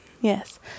Yes